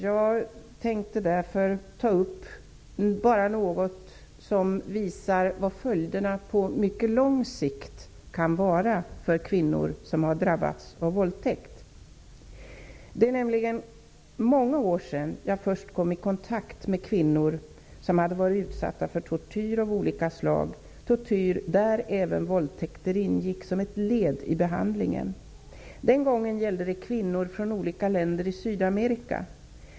Jag tänkte därför bara ta upp något som visar vad följderna på mycket lång sikt kan bli för kvinnor som har drabbats av våldtäkt. Det är nämligen många år sedan jag första gången kom i kontakt med kvinnor som hade varit utsatta för tortyr av olika slag -- tortyr där även våldtäkter ingick som ett led i behandlingen. Den gången gällde det kvinnor från olika länder i Sydamerika.